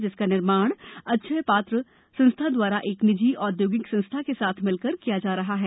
जिसका निर्माण अक्षय पात्र संस्था द्वारा एक निजी औद्योगिक संस्था के साथ मिलकर किया जा रहा है